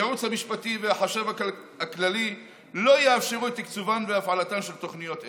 הייעוץ המשפטי והחשב הכללי לא יאפשרו את תקצובן והפעלתן של תוכניות אלו.